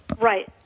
Right